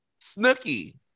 Snooky